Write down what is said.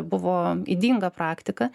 buvo ydinga praktika